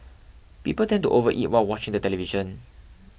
people tend to overeat while watching the television